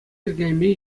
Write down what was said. йӗркелеме